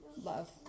love